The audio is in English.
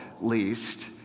least